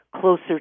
closer